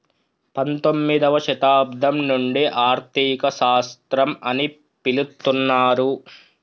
పంతొమ్మిదవ శతాబ్దం నుండి ఆర్థిక శాస్త్రం అని పిలుత్తున్నరు